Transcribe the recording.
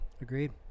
agreed